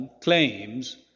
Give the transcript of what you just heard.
claims